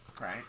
right